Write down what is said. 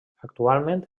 actualment